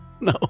No